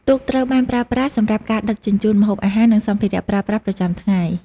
ទូកត្រូវបានប្រើប្រាស់សម្រាប់ការដឹកជញ្ជូនម្ហូបអាហារ និងសម្ភារៈប្រើប្រាស់ប្រចាំថ្ងៃ។